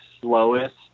slowest